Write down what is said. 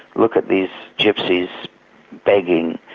look at these gypsies begging,